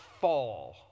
fall